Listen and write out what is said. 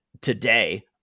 today